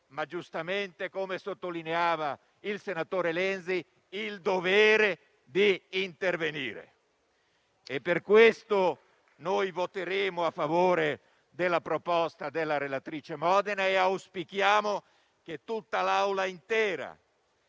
come giustamente sottolineava il senatore Renzi, il dovere di intervenire. Per questo noi voteremo a favore della proposta della relatrice Modena, auspicando che l'Aula intera